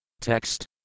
TEXT